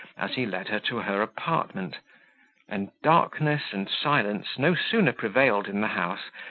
as he led her to her apartment and darkness and silence no sooner prevailed in the house,